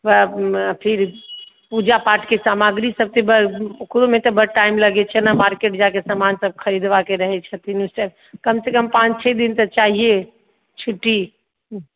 फिर पूजा पाठके सामग्री सबसे बड़ ओकरोमे तऽ बड़ टाइम लगैत छै ने मार्केट जाके समान सब खरीदबाके रहैत छथिन ओसब कम से कम पाँच छओ दिन तऽ चाहिए छुट्टी